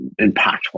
impactful